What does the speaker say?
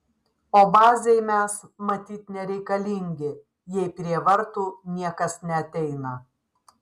o bazei mes matyt nereikalingi jei prie vartų niekas neateina